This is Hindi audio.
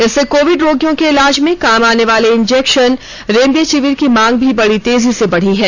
इससे कोविड रोगियों के इलाज में काम आने वाले इंजेक्शन रेमडेसिविर की मांग भी बड़ी तेजी से बढी है